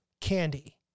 candy